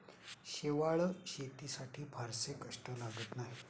शेवाळं शेतीसाठी फारसे कष्ट लागत नाहीत